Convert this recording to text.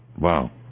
Wow